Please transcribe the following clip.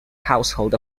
household